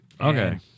Okay